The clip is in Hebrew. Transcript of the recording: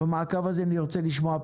במעקב הזה נרצה לשמוע בשורות,